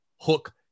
hook